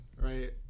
right